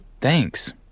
Thanks